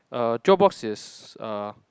err Dropbox is uh